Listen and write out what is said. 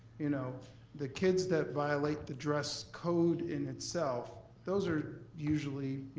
you know the kids that violate the dress code in itself, those are usually,